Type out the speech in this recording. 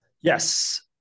Yes